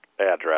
address